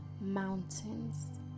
mountains